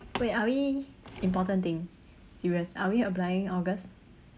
wait are we important thing serious are we applying august